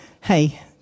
hey